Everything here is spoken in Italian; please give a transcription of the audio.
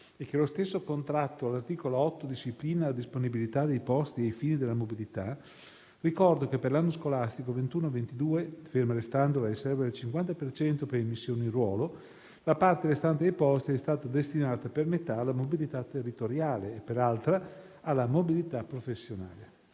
e che lo stesso contratto, all'articolo 8, disciplina la disponibilità dei posti ai fini della mobilità, ricordo che per l'anno scolastico 2021-2022, ferma restando la riserva del 50 per cento per le immissioni in ruolo, la parte restante dei posti è stata destinata per metà alla mobilità territoriale e per l'altra metà alla mobilità professionale.